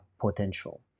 potential